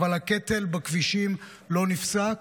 אבל הקטל בכבישים לא נפסק.